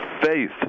Faith